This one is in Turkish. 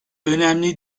önemli